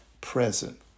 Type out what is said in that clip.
present